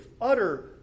utter